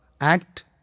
act